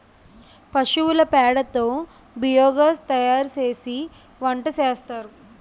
పశువుల పేడ తో బియోగాస్ తయారుసేసి వంటసేస్తారు